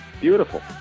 Beautiful